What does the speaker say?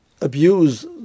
abuse